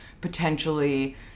potentially